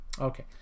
okay